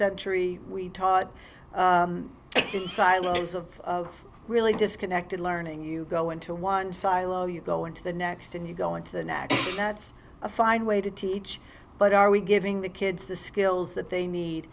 century we taught silence of really disconnected learning you go into one silo you go into the next and you go into the next that's a fine way to teach but are we giving the kids the skills that they need